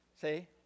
See